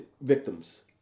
victims